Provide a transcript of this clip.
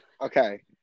Okay